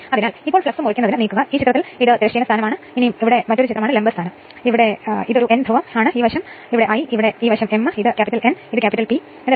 അതിനാൽ ഇതാണ് ഇരുമ്പിന്റെ നഷ്ടം ഇത് ചെമ്പ് നഷ്ടമാണ് ഇത് ഉത്തരം